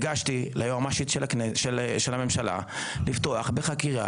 הגשתי ליועמ"שית של הממשלה לפתוח בחקירה